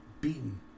beaten